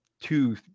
two